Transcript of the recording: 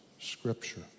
Scripture